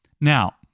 now